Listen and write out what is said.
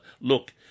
look